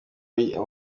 aya